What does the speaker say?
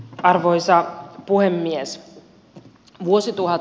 arvoisa puhemies